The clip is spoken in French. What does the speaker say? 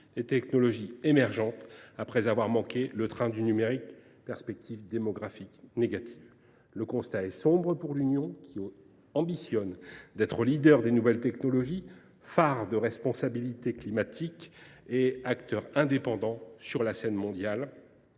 les technologies émergentes après avoir manqué le train du numérique ; perspectives démographiques négatives : le constat est sombre pour l’Union, qui ambitionne d’être leader dans les nouvelles technologies – phare de la responsabilité climatique et acteur indépendant sur la scène mondiale